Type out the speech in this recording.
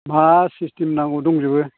मा सिसिटेमनि नांगौ दंजोबो